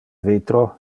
vitro